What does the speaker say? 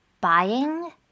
buying